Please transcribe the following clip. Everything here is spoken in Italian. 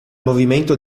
movimento